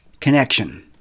Connection